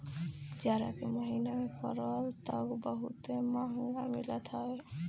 जाड़ा के महिना में परवल तअ बहुते महंग मिलत हवे